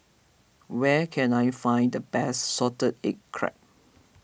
where can I find the best Salted Egg Crab